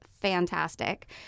fantastic